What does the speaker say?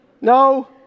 No